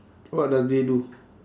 what does they do